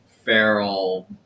feral